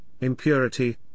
impurity